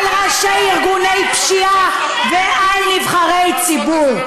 על ראשי ארגוני פשיעה ועל נבחרי ציבור.